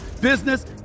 business